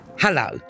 Hello